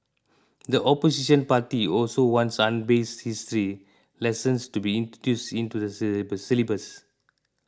the opposition party also wants unbiased history lessons to be introduced into the syllabus